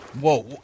Whoa